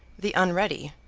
the unready,